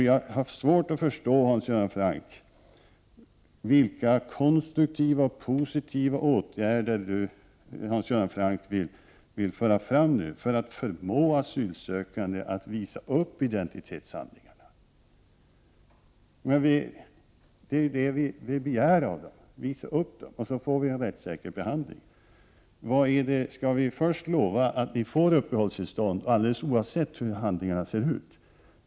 Jag har svårt att förstå vilka konstruktiva och positiva åtgärder Hans Göran Franck vill föra fram för att förmå asylsökanden att visa upp identitetshandlingar. Vi begär att de asylsökande skall visa upp identitetshandlingar, och på så sätt får de en rättssäker behandling. Skall vi lova att de asylsökande får uppehållstillstånd alldeles oavsett hur handlingarna ser ut?